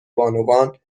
بانوان